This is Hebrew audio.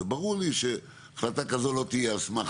וברור לי שהחלטה כזו לא תהיה על סמך